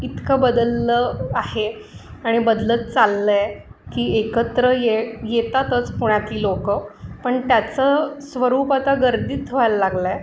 इतकं बदललं आहे आणि बदलत चाललं आहे की एकत्र ये येतातच पुण्यात लोकं पण त्याचं स्वरूप आता गर्दीत व्हायला लागलं आहे